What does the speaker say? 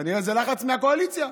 כנראה זה לחץ מהקואליציה.